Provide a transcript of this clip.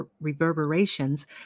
reverberations